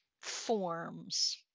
forms